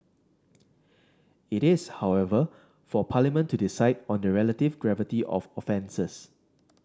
it is however for Parliament to decide on the relative gravity of offences